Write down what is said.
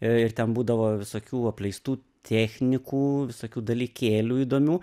ir ten būdavo visokių apleistų technikų visokių dalykėlių įdomių